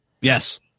Yes